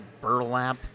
burlap